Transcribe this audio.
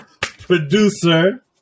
Producer